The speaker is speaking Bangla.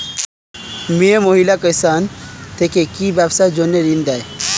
মিয়ে মহিলা কিষান থেকে কি ব্যবসার জন্য ঋন দেয়?